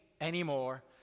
anymore